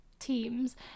teams